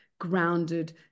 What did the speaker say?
grounded